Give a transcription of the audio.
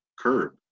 curb